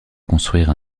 construire